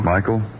Michael